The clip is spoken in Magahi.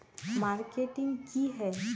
मार्केटिंग की है?